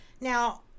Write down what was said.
Now